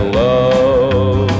love